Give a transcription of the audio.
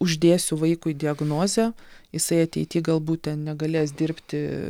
uždėsiu vaikui diagnozę jisai ateity galbūt ten negalės dirbti